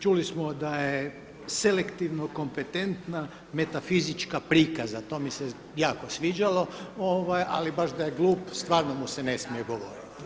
Čuli smo da je selektivno kompetentna metafizička prikaza, to mi se jako sviđalo, ali baš da je glup stvarno mu se ne smije govoriti.